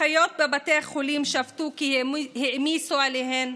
אחיות בבתי החולים שבתו כי העמיסו עליהן,